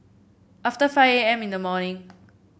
after five A M in the morning